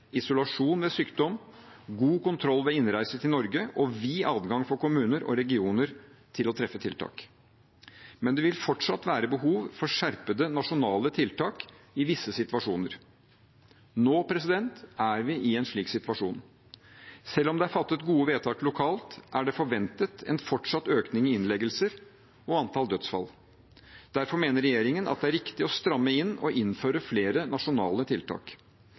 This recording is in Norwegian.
isolasjon ved sykdom, god kontroll med innreise til Norge og vid adgang for kommuner og regioner til å treffe tiltak. Men det vil fortsatt være behov for skjerpede nasjonale tiltak i visse situasjoner. Nå er vi i en slik situasjon. Selv om det er fattet gode vedtak lokalt, er det forventet en fortsatt økning i innleggelser og antall dødsfall. Derfor mener regjeringen at det er riktig å stramme inn og innføre flere nasjonale tiltak.